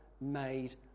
made